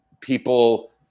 people